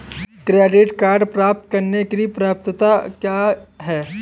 Credit card प्राप्त करने की पात्रता क्या है?